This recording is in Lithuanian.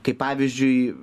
kaip pavyzdžiui